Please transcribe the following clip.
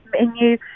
menu